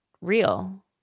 real